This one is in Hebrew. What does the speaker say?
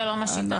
זה לא מה שייתן